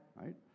right